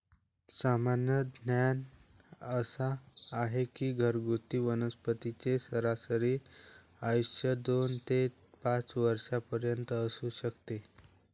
सामान्य ज्ञान असा आहे की घरगुती वनस्पतींचे सरासरी आयुष्य दोन ते पाच वर्षांपर्यंत असू शकते